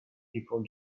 people